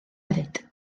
hefyd